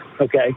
okay